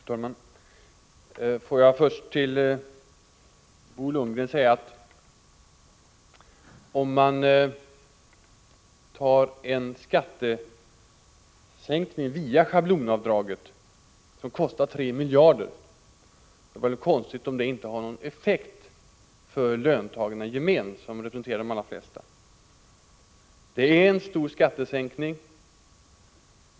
Fru talman! Får jag först säga till Bo Lundgren att om man vidtar en skattesänkning via schablonavdraget, som kostar 3 miljarder kronor, vore det väl konstigt om det inte hade någon effekt för löntagarna i gemen och därmed för de allra flesta. Det är en stor skattesänkning.